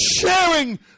sharing